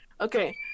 Okay